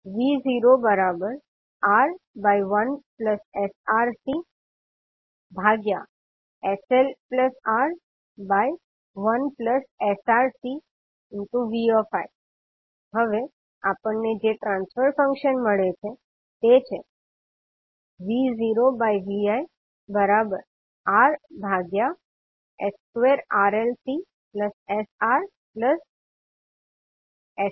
V 0R1sRC sLR1sRC V i હવે આપણને જે ટ્રાન્સફર ફંક્શન મળે છે તે V0ViRs2RLCsLR1LCs2sRC1LC છે